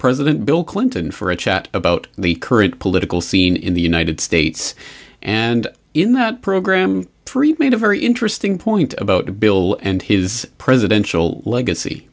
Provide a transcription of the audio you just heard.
president bill clinton for a chat about the current political scene in the united states and in that program three made a very interesting point about bill and his presidential legacy